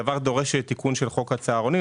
והדבר דורש תיקון של חוק הצהרונים.